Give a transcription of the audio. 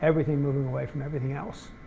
everything moving away from everything else.